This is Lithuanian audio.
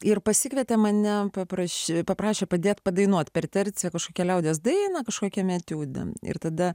ir pasikvietė mane papraš paprašė padėt padainuot per terciją kažkokia liaudies dainą kažkokiame etiude ir tada